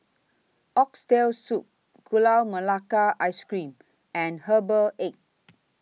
Oxtail Soup Gula Melaka Ice Cream and Herbal Egg